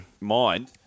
mind